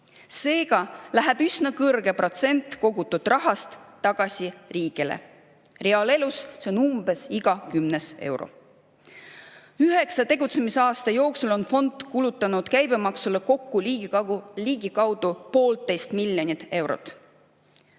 Seega läheb üsna kõrge protsent kogutud rahast tagasi riigile. Reaalelus on see umbes iga kümnes euro. Üheksa tegutsemisaasta jooksul on fond kulutanud käibemaksule kokku ligikaudu poolteist miljonit eurot.